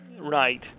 Right